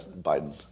Biden